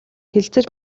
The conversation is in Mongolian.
хэлэлцэж